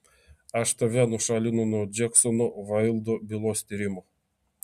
aš tave nušalinu nuo džeksono vaildo bylos tyrimo